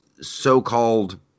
So-called